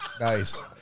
Nice